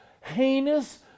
heinous